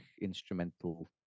instrumental